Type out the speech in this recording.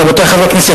רבותי חברי הכנסת,